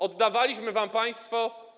Oddawaliśmy wam państwo.